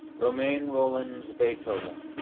romain rolland's beethoven,